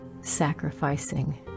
sacrificing